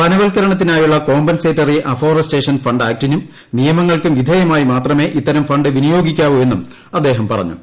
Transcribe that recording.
വനവൽക്കരണത്തിനായുള്ള compensatory afforestation fund ആക്ടിനും നിയമങ്ങൾക്കും വിധേയമായി മാത്രമേ ഇത്തരം ഫണ്ട് വിനിയോഗിക്കാവൂ എന്നും അദ്ദേഹം പറഞ്ഞു